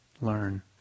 learn